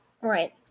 Right